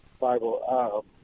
Bible